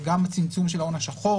גם הצמצום של ההון השחור,